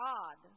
God